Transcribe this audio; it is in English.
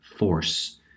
force